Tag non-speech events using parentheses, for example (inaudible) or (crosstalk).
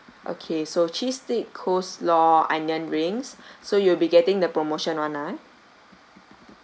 okay so cheese stick coleslaw onion rings (breath) so you'll be getting the promotion [one] ah